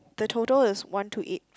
the total is one two eight